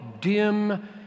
dim